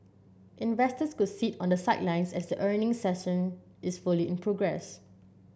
investors could sit on the sidelines as earnings is fully in progress